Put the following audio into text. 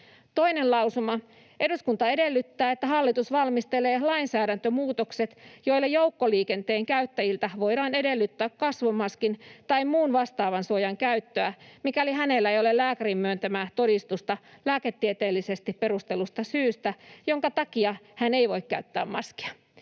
2. lausuma: ”Eduskunta edellyttää, että hallitus valmistelee lainsäädäntömuutokset, joilla joukkoliikenteen käyttäjiltä voidaan edellyttää kasvomaskin tai muun vastaavan suojan käyttöä, mikäli hänellä ei ole lääkärin myöntämää todistusta lääketieteellisesti perustellusta syystä, jonka takia hän ei voi käyttää maskia.”